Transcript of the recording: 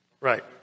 Right